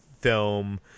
film